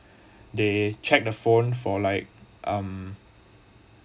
they check the phone for like um